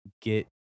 get